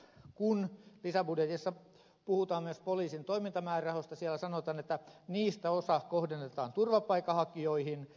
kun lisäbudjetissa puhutaan myös poliisin toimintamäärärahoista siellä sanotaan että niistä osa kohdennetaan turvapaikanhakijoihin